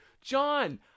John